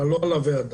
אבל לא על הוועדה.